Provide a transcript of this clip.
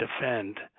defend